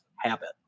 habit